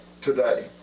today